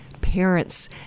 parents